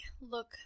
look